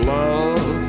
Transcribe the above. love